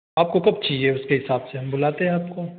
आपको कब चाहिए उसके हिसाब से हम बुलाते हैं आपको